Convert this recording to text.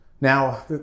Now